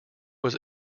was